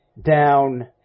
down